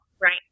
right